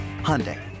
Hyundai